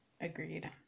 Agreed